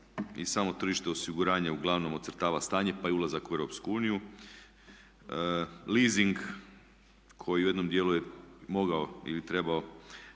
I samo tržište osiguranja uglavnom ocrtava stanje pa i ulazak u EU, leasing koji u jednom dijelu je mogao ili trebao